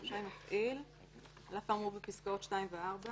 לא קיבלתם אלפי תלונות כי הלקוח לא רוצה